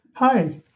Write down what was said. Hi